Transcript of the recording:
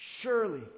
Surely